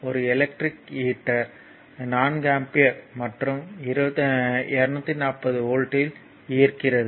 ஒரு electric heater 4 ampere மற்றும் 240 வோல்ட்டில் ஈர்க்கிறது